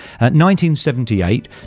1978